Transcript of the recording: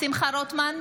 שמחה רוטמן,